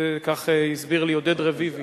כך הסביר לי עודד רביבי.